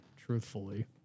truthfully